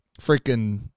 freaking